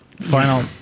final